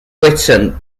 questioned